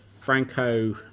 Franco